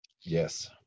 yes